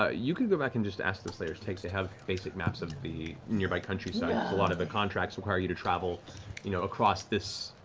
ah you can go back and ask the slayer's take. they have basic maps of the nearby countryside. yeah a lot of the contracts require you to travel you know across this